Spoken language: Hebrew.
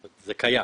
זה קיים.